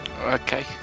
Okay